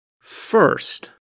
First